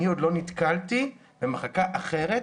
אני עוד לא נתקלתי במחלקה אחרת,